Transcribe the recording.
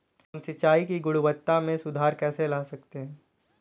हम सिंचाई की गुणवत्ता में सुधार कैसे ला सकते हैं?